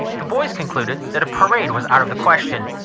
the boys concluded that a parade was out of the question,